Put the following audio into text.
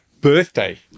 birthday